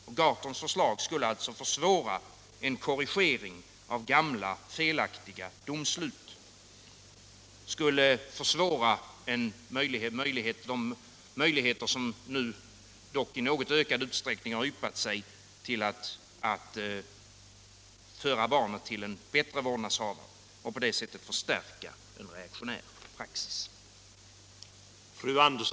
Herr Gahrtons förslag skulle försvåra en korrigering av gamla, felaktiga domslut och därmed också motverka de möjligheter som i något ökad utsträckning har yppat sig när det gäller att låta barn vara hos den bättre vårdnadshavaren, och förslaget skulle också förstärka en reaktionär praxis.